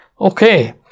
okay